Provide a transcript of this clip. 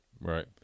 right